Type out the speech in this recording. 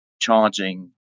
charging